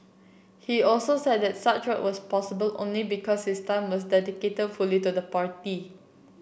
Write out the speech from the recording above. he also said that such work was possible only because his time was dedicated fully to the party